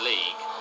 League